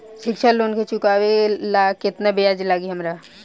शिक्षा लोन के चुकावेला केतना ब्याज लागि हमरा?